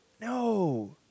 No